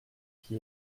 qui